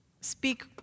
speak